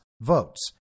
votes